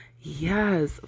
Yes